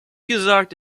gesagt